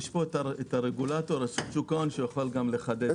נמצא כאן הרגולטור, שוק ההון, שיכול גם לחדד.